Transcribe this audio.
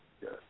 yes